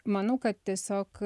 manau kad tiesiog